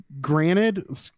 Granted